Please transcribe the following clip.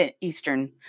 Eastern